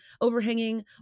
overhanging